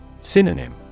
Synonym